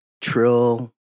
trill